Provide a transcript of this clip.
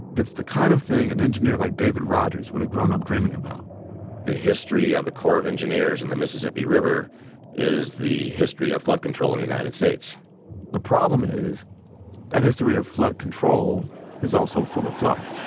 it's the kind of thing an engineer like david rogers would've grown up dreaming about the history of the corps of engineers and the mississippi river is the history of flood control in the united states the problem is that history of flood control is also full of floods